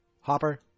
Hopper